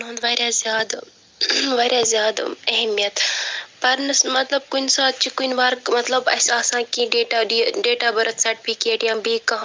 واریاہ زیادٕ واریاہ زٕیادٕ اہمیت پرنس مطلب کُنہِ ساتہٕ چھُ کُنہ ورقہ مطلب اسہِ آسان کیٚنٛہہ date date of birth certificate یا بیٚیہِ کانٛہہ